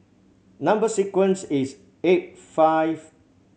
number sequence is eight five